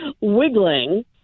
wiggling